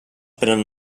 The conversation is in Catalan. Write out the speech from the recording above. prenen